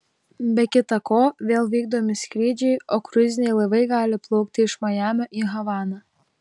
be kita ko vėl vykdomi skrydžiai o kruiziniai laivai gali plaukti iš majamio į havaną